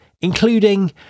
including